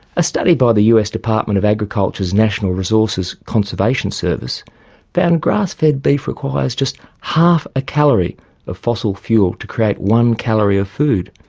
a study by the us department of agriculture's national resources conservation service found grass fed-beef requires just half a calorie of fossil fuel to create one calorie of food,